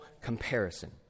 comparison